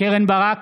קרן ברק,